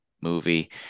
movie